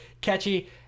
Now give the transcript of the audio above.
catchy